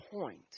point